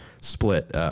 split